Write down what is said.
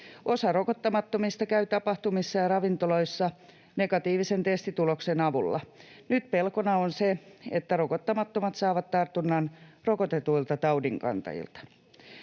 Osa rokottamattomista käy tapahtumissa ja ravintoloissa negatiivisen testituloksen avulla. Nyt pelkona on se, että rokottamattomat saavat tartunnan rokotetuilta taudinkantajilta.